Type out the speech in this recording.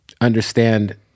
understand